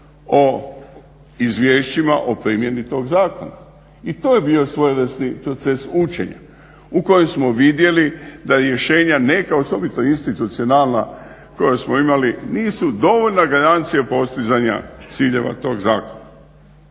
o izvješćima o primjeni tog zakona i to je bio svojevrsni proces učenja u kojem smo vidjeli da rješenja neka, osobito institucionalna koja smo imali nisu dovoljna garancija postizanja ciljeva tog zakona.